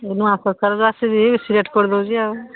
ନୁଆ ପ୍ରକାର ରାଶି ଦେଇ ବେଶୀ ରେଟ୍ କରିଦଉଛି ଆଉ